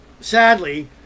sadly